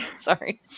Sorry